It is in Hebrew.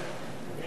כן.